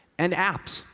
and apps,